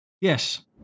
Yes